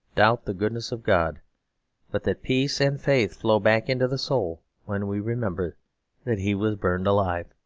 doubt the goodness of god but that peace and faith flow back into the soul when we remember that he was burned alive.